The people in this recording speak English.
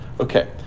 okay